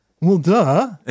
well-duh